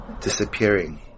Disappearing